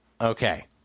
Okay